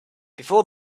before